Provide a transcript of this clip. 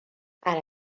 ara